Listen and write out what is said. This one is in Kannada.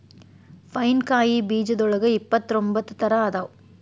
ಪೈನ್ ಕಾಯಿ ಬೇಜದೋಳಗ ಇಪ್ಪತ್ರೊಂಬತ್ತ ತರಾ ಅದಾವ